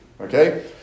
Okay